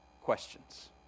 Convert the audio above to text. questions